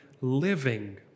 living